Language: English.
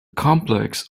complex